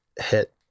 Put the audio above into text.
hit